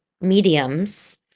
mediums